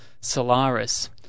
Solaris